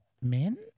Men